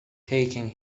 taking